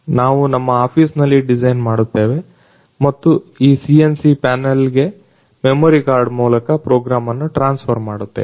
ನಾವು ನಮ್ಮ ಆಫೀಸಿನಲ್ಲಿ ಡಿಸೈನ್ ಮಾಡುತ್ತೇವೆ ಮತ್ತು ಈ CNC ಪ್ಯಾನಲ್ ಗೆ ಮೆಮೊರಿ ಕಾರ್ಡ್ ಮೂಲಕ ಪ್ರೋಗ್ರಾಮನ್ನು ಟ್ರಾನ್ಸ್ಫರ್ ಮಾಡುತ್ತೇವೆ